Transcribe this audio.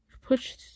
Push